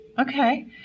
Okay